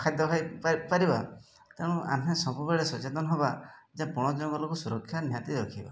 ଖାଦ୍ୟ ଖାଇ ପାରିବା ତେଣୁ ଆମେ ସବୁବେଳେ ସଚେତନ ହେବା ଯେ ବଣ ଜଙ୍ଗଲକୁ ସୁରକ୍ଷା ନିହାତି ରଖିବା